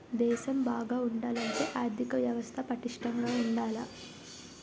దేశం బాగా ఉండాలంటే ఆర్దిక వ్యవస్థ పటిష్టంగా ఉండాల